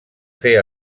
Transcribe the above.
fer